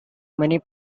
many